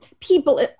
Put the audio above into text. people